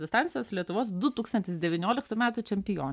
distancijos lietuvos du tūkstantis devynioliktų metų čempion